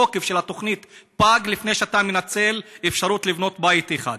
התוקף של התוכנית פג לפני שאתה מנצל אפשרות לבנות בית אחד.